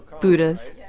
Buddhas